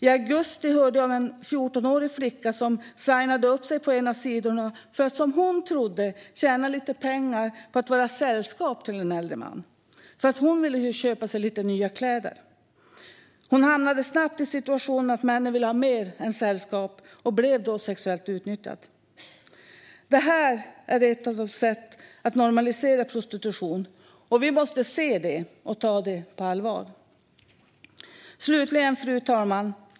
I augusti hörde jag om en 14-årig flicka som sajnade sig på en av sidorna för att - som hon trodde - tjäna lite pengar på att vara sällskap till en äldre man. Hon ville köpa sig lite nya kläder. Hon hamnade snabbt i situationen att männen ville ha mer än sällskap och blev då sexuellt utnyttjad. Detta är ett sätt att normalisera prostitution som vi måste se och ta på allvar. Fru talman!